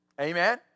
Amen